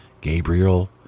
Gabriel